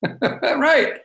Right